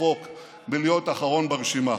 רחוק מלהיות אחרון ברשימה.